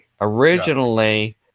Originally